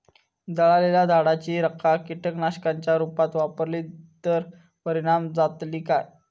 जळालेल्या झाडाची रखा कीटकनाशकांच्या रुपात वापरली तर परिणाम जातली काय?